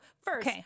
first